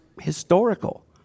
historical